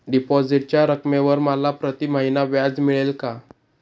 डिपॉझिटच्या रकमेवर मला प्रतिमहिना व्याज मिळेल का?